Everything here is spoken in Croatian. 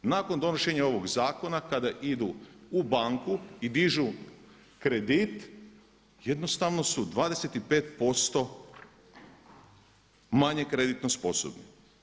Nakon donošenja ovog zakona kada idu u banku i dižu kredit jednostavno su 25% manje kreditno sposobni.